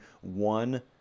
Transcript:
one